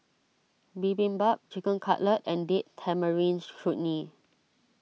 Bibimbap Chicken Cutlet and Date Tamarind Chutney